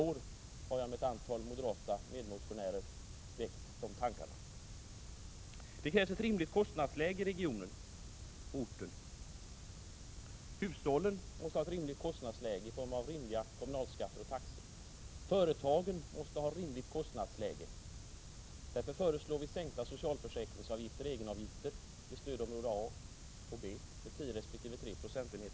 Det skall bli intressant att se hur utskottsbehandlingen kommer att gestalta sig. Det krävs ett rimligt kostnadsläge i regionen och på orten. Hushållen måste ha ett rimligt kostnadsläge i form av rimliga kommunalskatter och taxor. Företagen måste ha ett rimligt kostnadsläge. Därför föreslår vi sänkta socialförsäkringsavgifter i stödområde A och B med 10 resp. 3 procentenheter.